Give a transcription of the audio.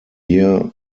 year